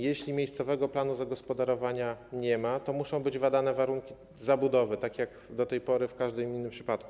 Jeśli miejscowego planu zagospodarowania nie ma, to muszą być badane warunki zabudowy, tak jak do tej pory w każdym innym przypadku.